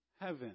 heaven